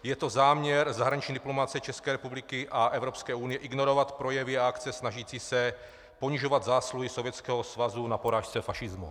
Je to záměr zahraniční diplomacie České republiky a Evropské unie ignorovat projevy a akce snažící se ponižovat zásluhy Sovětského svazu na porážce fašismu?